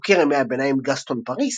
חוקר ימי הביניים גסטון פריס